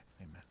Amen